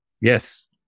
Yes